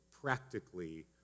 practically